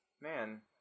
man